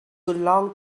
long